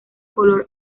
color